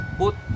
put